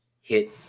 Hit